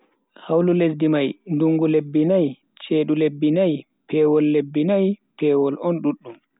Hawlu lesdi mai dungu, lebbi nai, cheedu lebbi nai be pewol lebbi nai.pewol on duddum.